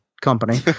company